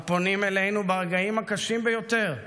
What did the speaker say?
הפונים אלינו ברגעים הקשים ביותר,